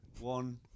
one